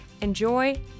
enjoy